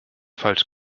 falsch